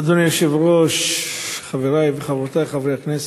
אדוני היושב-ראש, חברי וחברותי חברי הכנסת,